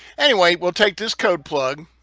anyway, we'll take this code plug,